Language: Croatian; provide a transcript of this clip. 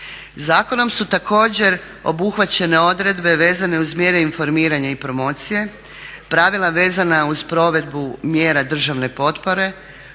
Zakonom su također obuhvaćene odredbe vezane uz mjere informiranja i promocije, pravila vezana uz provedbu mjera državne potpore,